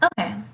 okay